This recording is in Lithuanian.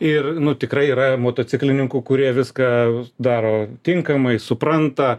ir nu tikrai yra motociklininkų kurie viską daro tinkamai supranta